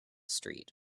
street